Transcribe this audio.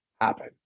happen